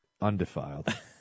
undefiled